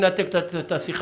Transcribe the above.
מנתק את השיחה,